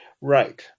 Right